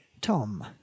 Tom